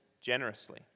generously